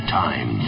time